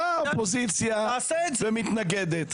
באה האופוזיציה ומתנגדת.